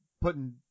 putting